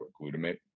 glutamate